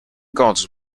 gods